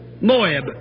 Moab